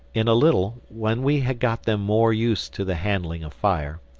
in a little, when we had got them more used to the handling of fire,